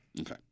Okay